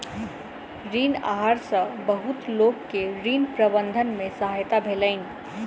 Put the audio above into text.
ऋण आहार सॅ बहुत लोक के ऋण प्रबंधन में सहायता भेलैन